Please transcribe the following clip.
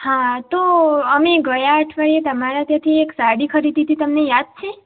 હા તો અમે ગયાં અઠવાડિયે તમારાં ત્યાંથી એક સાડી ખરીદી હતી તમને યાદ છે